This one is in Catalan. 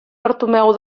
bartomeu